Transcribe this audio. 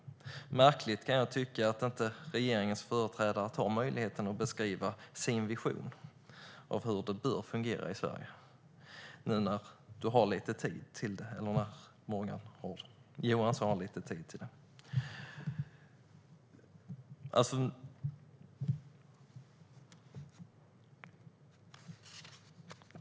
Det är märkligt, kan jag tycka, att inte regeringens företrädare Morgan Johansson tar möjligheten att beskriva sin vision av hur det bör fungera i Sverige, nu när han har lite tid till det.